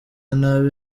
nabi